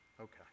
okay